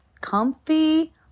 comfy